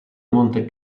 monte